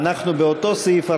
ואנחנו באותו סעיף,